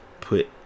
put